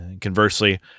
Conversely